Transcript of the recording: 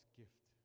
gift